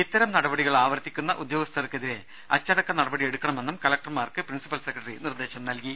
ഇത്തരം നടപടികൾ ആവർത്തിക്കുന്ന ഉദ്യോഗസ്ഥർക്കെതിരെ അച്ചടക്ക നടപടിയെടുക്കണ മെന്നും കലക്ടർമാർക്ക് പ്രിൻസിപ്പൾ സെക്രട്ടറി നിർദേശം നൽകി